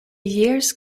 years